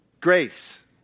Grace